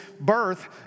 birth